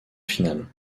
finale